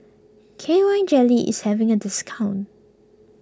K Y Jelly is having a discount